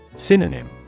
Synonym